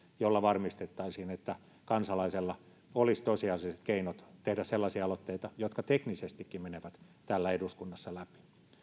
jolla varmistettaisiin että kansalaisella olisi tosiasiallisesti keinot tehdä sellaisia aloitteita jotka teknisestikin menevät täällä eduskunnassa läpi